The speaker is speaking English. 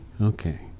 okay